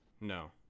No